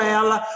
ela